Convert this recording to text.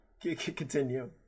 Continue